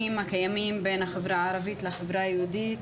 הקיימים בין החברה הערבית לחברה היהודית.